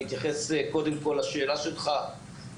אתייחס לשאלה שלך קודם כול,